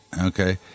okay